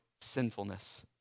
sinfulness